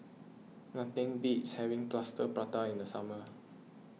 nothing beats having Plaster Prata in the summer